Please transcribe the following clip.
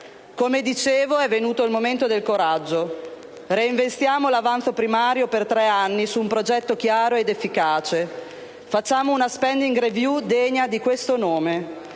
Come dicevo, è venuto il momento del coraggio: reinvestiamo l'avanzo primario per tre anni su un progetto chiaro ed efficace; facciamo una *spending review* degna di questo nome,